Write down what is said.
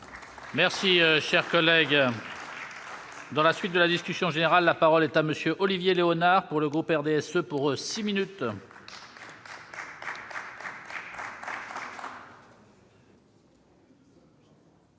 Merci, cher collègue, dans la suite de la distance. C'est en général la parole est à monsieur Olivier Léonard pour le groupe RDSE pour 6 minutes.